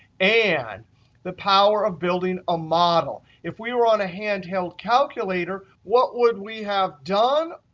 and the power of building a model. if we were on a handheld calculator, what would we have done?